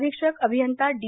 अधिक्षक अभियंता डी